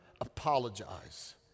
apologize